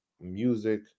music